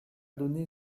donné